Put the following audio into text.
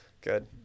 Good